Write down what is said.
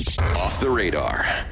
Off-the-radar